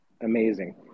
amazing